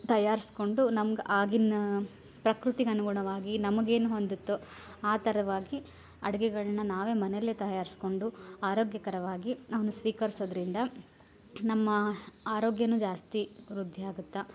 ತಯಾರಿಸ್ಕೊಂಡು ನಮ್ಗೆ ಆಗಿನ ಪ್ರಕೃತಿಗನುಗುಣವಾಗಿ ನಮ್ಗೇನ್ ಹೊಂದತೊ ಆ ತರವಾಗಿ ಅಡ್ಗೆಗಳ್ನ ನಾವೇ ಮನೆಯಲ್ಲೇ ತಯಾರಿಸ್ಕೊಂಡು ಆರೋಗ್ಯಕರವಾಗಿ ಅವನು ಸ್ವೀಕರಿಸೋದರಿಂದ ನಮ್ಮ ಆರೋಗ್ಯನೂ ಜಾಸ್ತಿ ವೃದ್ಧಿಯಾಗುತ್ತೆ